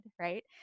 right